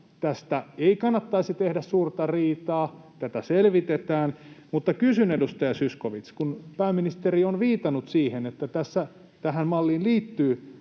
tästä ei kannattaisi tehdä suurta riitaa, tätä selvitetään. Mutta kysyn, edustaja Zyskowicz, kun pääministeri on viitannut siihen, että tähän malliin liittyy